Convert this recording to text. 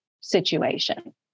situation